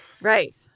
Right